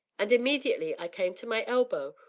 and immediately i came to my elbow,